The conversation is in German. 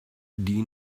die